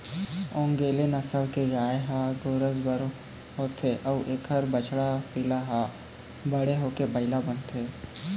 ओन्गेले नसल के गाय ह गोरस बर होथे अउ एखर बछवा पिला ह बड़े होके बइला बनथे